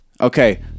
Okay